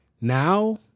Now